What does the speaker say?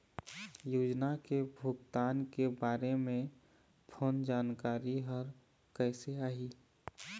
योजना के भुगतान के बारे मे फोन जानकारी हर कइसे आही?